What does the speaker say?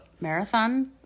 Marathon